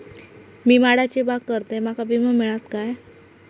मी माडाची बाग करतंय माका विमो मिळात काय?